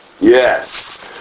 Yes